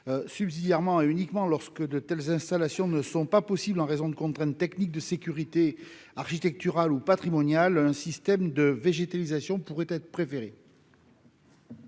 subsidiairement uniquement lorsque de telles installations ne sont pas possible en raison de contraintes techniques de sécurité architectural ou patrimonial, un système de végétalisation pourrait être préféré.